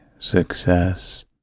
success